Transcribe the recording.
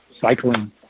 cycling